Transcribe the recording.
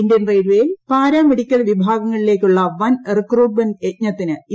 Indian റെയിൽവേയിൽ paramedical വിഭാഗങ്ങളിലേക്കുള്ള വൻ റിക്രൂട്ട്മെന്റ് യജ്ഞത്തിന് ഇന്ന് തുടക്കം